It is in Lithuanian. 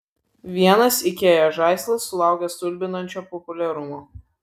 vienas ikea žaislas sulaukė stulbinančio populiarumo